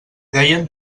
deien